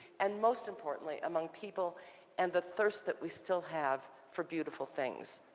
and most importantly, among people and the thirst that we still have for beautiful things.